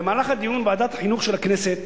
במהלך הדיון בוועדת החינוך של הכנסת